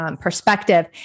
perspective